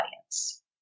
audience